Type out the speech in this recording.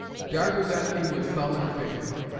darted at me with thumb and finger,